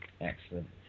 Excellent